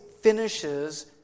finishes